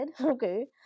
okay